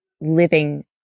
living